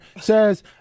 says